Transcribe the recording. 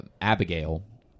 Abigail